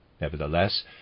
Nevertheless